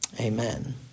Amen